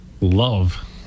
love